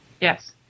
Yes